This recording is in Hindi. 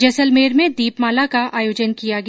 जैसलमेर में दीपमाला का आयोजन किया गया